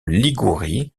ligurie